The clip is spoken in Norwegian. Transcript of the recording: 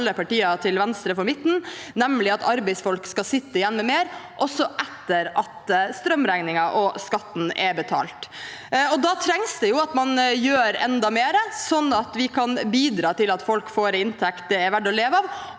alle partier til venstre for midten, nemlig at arbeidsfolk skal sitte igjen med mer, også etter at strømregningen og skatten er betalt. Da trengs det at man gjør enda mer, sånn at vi kan bidra til at folk får en inntekt det går an å leve av.